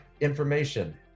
information